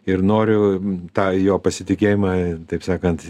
ir noriu tą jo pasitikėjimą taip sakant